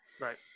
right